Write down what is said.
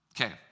Okay